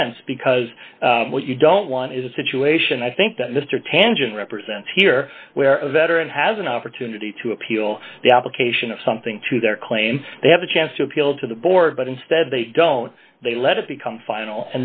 sense because what you don't want is a situation i think that mr tangent represents here where a veteran has an opportunity to appeal the application of something to their claim they have a chance to appeal to the board but instead they don't they let it become final